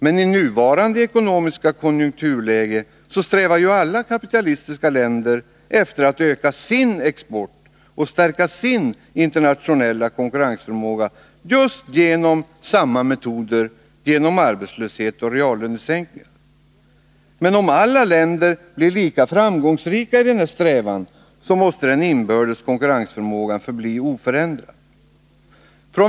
Men i nuvarande ekonomiska konjunkturläge strävar ju alla kapitalistiska länder efter att öka sin export och stärka sin internationella konkurrensförmåga just genom samma metoder — genom arbetslöshet och reallönesänkningar. Om alla länder blir lika framgångsrika i denna strävan, så måste den inbördes konkurrensförmågan förbli oförändrad.